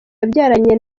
yabyaranye